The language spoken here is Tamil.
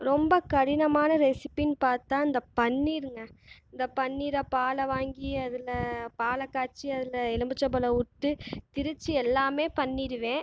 ரொம்ப கடினமான ரெசிபினு பார்த்தா அந்த பன்னீருங்க இந்த பன்னீரை பால் வாங்கி அதில் பாலை காய்ச்சி அதில் எலும்பிச்சப்பழம் விட்டு திரித்து எல்லாமே பண்ணிவிடுவேன்